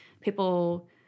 people